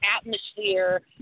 atmosphere